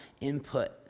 Input